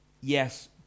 Yes